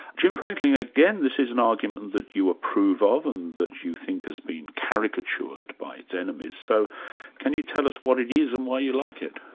james franklin, again this is an argument that you approve of and that you think has been caricatured by its enemies, so can you tell us what it is and why you like it?